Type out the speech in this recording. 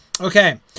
Okay